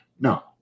No